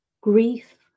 grief